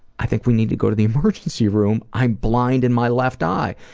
i think we need to go to the emergency room. i'm blind in my left eye.